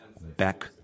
back